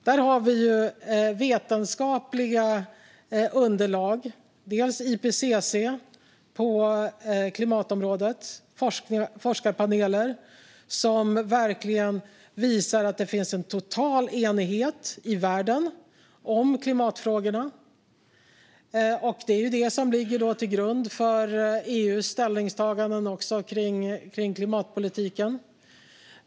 Det finns vetenskapliga underlag, bland annat från IPCC, på klimatområdet. Där finns vidare forskarpaneler, som verkligen visar att det finns en total enighet i världen om klimatfrågorna. De ligger till grund för EU:s ställningstaganden om klimatpolitiken.